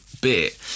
bit